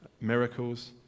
miracles